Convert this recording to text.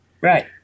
Right